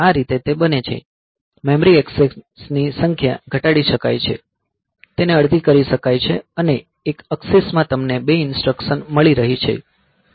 આ રીતે તે બને છે મેમરી એક્સેસની સંખ્યા ઘટાડી શકાય છે તેને અડધી કરી શકાય છે અને એક અક્ષીસ માં તમને બે ઈન્સ્ટ્રકશન મળી રહી છે